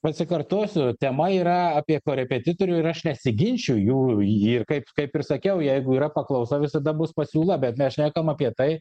pasikartosiu tema yra apie korepetitorių ir aš nesiginčiju jų ji ir kaip kaip ir sakiau jeigu yra paklausa visada bus pasiūla bet mes šnekam apie tai